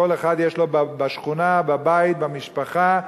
לכל אחד יש בשכונה, בבית, במשפחה,